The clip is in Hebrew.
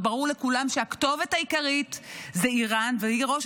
וברור לכולם שהכתובת העיקרית היא איראן והיא ראש